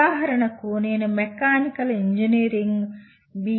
ఉదాహరణకు నేను mechanical engineering B